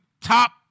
top